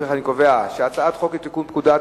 לפיכך אני קובע שהצעת חוק לתיקון פקודת